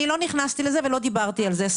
אני לא נכנסתי לזה ולא דיברתי על זה.